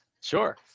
Sure